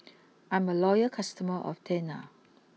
I'm a loyal customer of Tena